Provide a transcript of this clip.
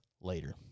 later